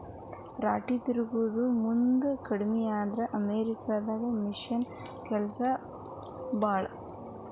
ರಾಟಿ ತಿರುವು ಮಂದಿನು ಕಡಮಿ ಆದ್ರ ಅಮೇರಿಕಾ ದಾಗದು ಮಿಷನ್ ಕೆಲಸಾನ ಭಾಳ